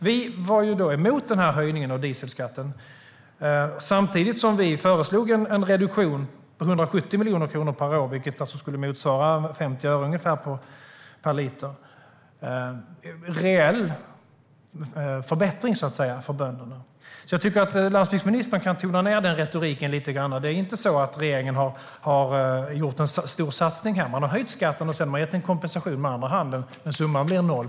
Vi var emot höjningen av dieselskatten samtidigt som vi föreslog en reduktion på 170 miljoner kronor per år, vilket skulle motsvara ungefär 50 öre per liter. Det skulle vara en reell förbättring för bönderna. Jag tycker att landsbygdsministern kan tona ned retoriken lite grann. Regeringen har inte gjort någon stor satsning här, utan man har höjt skatten och sedan gett en kompensation med andra handen. Summan blir noll.